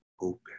open